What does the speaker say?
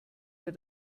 wir